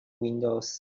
windows